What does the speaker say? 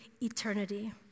eternity